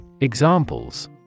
Examples